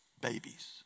babies